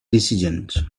decisions